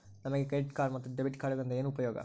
ನಮಗೆ credit card ಮತ್ತು debit ಕಾರ್ಡುಗಳಿಂದ ಏನು ಉಪಯೋಗ?